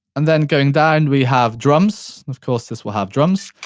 and then going down we have drums. of course, this will have drums.